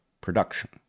production